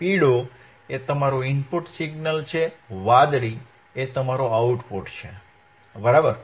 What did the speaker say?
પીળો એ તમારું ઇનપુટ સિગ્નલ છે વાદળી તમારું આઉટપુટ છે બરાબર